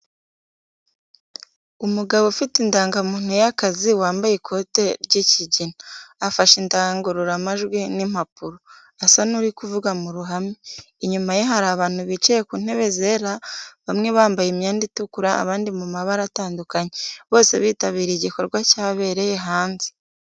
Umugabo ufite indangamuntu y'akazi, wambaye ikoti ry'ikigina, afashe indangururamajwi n’impapuro, asa n’uri kuvuga mu ruhame. Inyuma ye hari abantu bicaye ku ntebe zera, bamwe bambaye imyenda itukura, abandi mu mabara atandukanye, bose bitabiriye igikorwa cyabereye hanze.